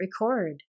record